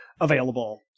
available